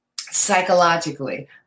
psychologically